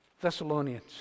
Thessalonians